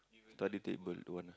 study table don't want ah